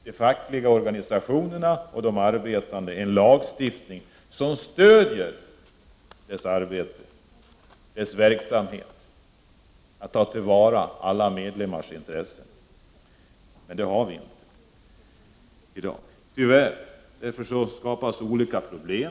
De fackliga organisationerna och de arbetande behöver en lagstiftning som stöder deras verksamhet, deras arbete, och tar till vara alla medlemmars intressen. Men en sådan lagstiftning har vi tyvärr inte i dag, och därför skapasolika problem.